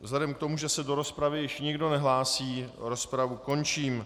Vzhledem k tomu, že se do rozpravy již nikdo nehlásí, rozpravu končím.